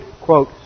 quote